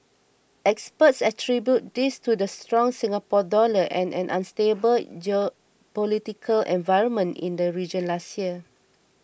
experts attribute this to the strong Singapore Dollar and an unstable geopolitical environment in the region last year